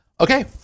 Okay